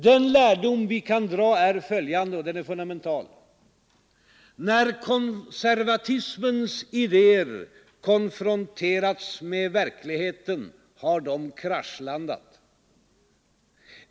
Den lärdom vi kan dra är följande, och den är fundamental: När konservatismens idéer konfronterats med verkligheten har de kraschlandat.